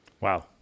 Wow